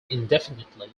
indefinitely